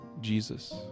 Jesus